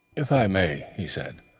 if i may, he said.